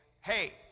hey